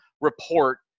report